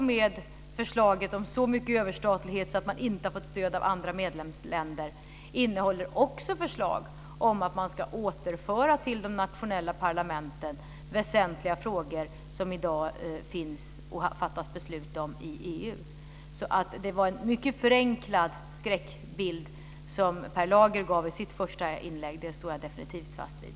Förslaget om så mycket överstatlighet att man inte har fått stöd av andra medlemsländer, innehåller också förslag om att man till de nationella parlamenten ska återföra väsentliga frågor som i dag fattas beslut om i Det var en mycket förenklad skräckbild som Per Lager gav i sitt första inlägg. Det står jag definitivt fast vid.